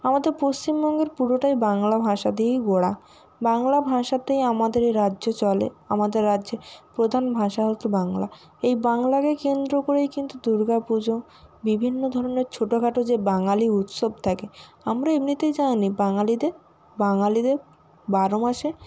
আমাদের পশ্চিমবঙ্গের পুরোটাই বাংলা ভাষা দিয়েই গড়া বাংলা ভাষাতেই আমাদের এই রাজ্য চলে আমাদের রাজ্যে প্রধান ভাষা হচ্ছে বাংলা এই বাংলাকে কেন্দ্র করেই কিন্তু দুর্গাপুজো বিভিন্ন ধরনের ছোটো খাটো যে বাঙালি উৎসব থাকে আমরা এমনিতেই জানি বাঙালিদের বাঙালিদের বারো মাসে